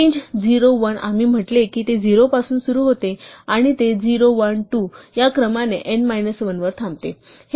range 0 1 आम्ही म्हंटले की ते 0 पासून सुरू होते आणि ते 0 1 2 या क्रमाने n मायनस 1 वर थांबते